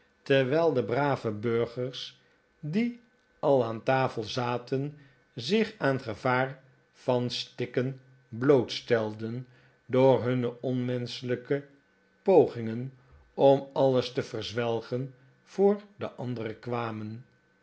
terwijl de brave burgers die al aan tafel zaten zich aan het gevaar van stikken blootstelden door hun onmenschelijke pogingen om alles te verzwelgen voor de andereh kwamen